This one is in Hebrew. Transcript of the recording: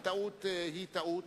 הטעות היא טעות,